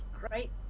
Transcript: great